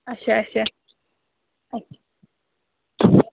اَچھا اَچھا